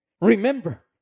Remember